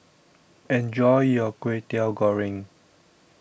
Enjoy your Kwetiau Goreng